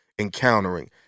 encountering